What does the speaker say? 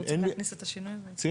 רוצים להכניס את השינוי הזה.